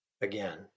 Again